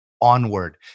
onward